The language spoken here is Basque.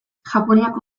japoniako